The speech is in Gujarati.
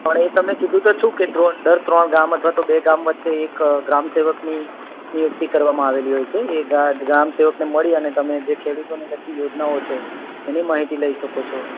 પણ એ તમે કીધું તો છું કે ડ્રો દર ત્રણ ગામ અથવા તો બી ગામ વચ્ચે એક ગ્રામસેવકની નિયુક્તિ કરવામાં આવેલી હોય છે એ ગા ગામસેવને મળી અને જે તમે જે ખેડૂતને લગતી યોજનાઓ છે એની માહિતી લઈ શકો છો